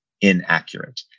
inaccurate